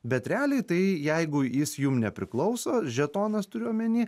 bet realiai tai jeigu jis jum nepriklauso žetonas turiu omeny